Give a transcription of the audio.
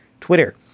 Twitter